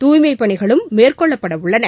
தூய்மை பணிகளும் மேற்கொள்ளப்படவுள்ளன